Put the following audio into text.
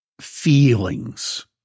feelings